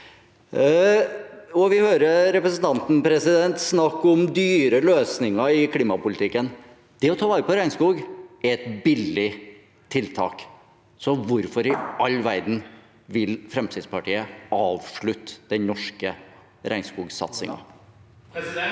Vi hørte representanten snakke om dyre løsninger i klimapolitikken. Det å ta vare på regnskog er et billig tiltak, så hvorfor i all verden vil Fremskrittspartiet avslutte den norske regnskogsatsingen?